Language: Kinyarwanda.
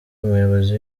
umuyobozi